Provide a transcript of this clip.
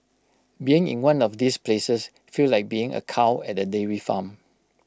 being in one of these places feels like being A cow at A dairy farm